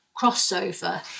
crossover